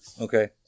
Okay